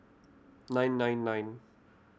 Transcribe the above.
nine nine nine